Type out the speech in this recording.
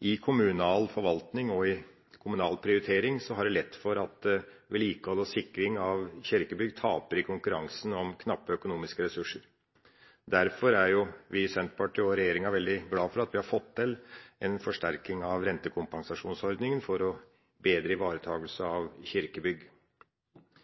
i kommunal forvaltning og i kommunal prioritering er det lett for at vedlikehold og sikring av kirkebygg taper i konkurransen om knappe økonomiske ressurser. Derfor er vi i Senterpartiet og regjeringa veldig glad for at vi har fått til en forsterking av rentekompensasjonsordningen, for bedre ivaretakelse av kirkebygg.